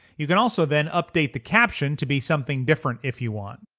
you can also then update the caption to be something different if you want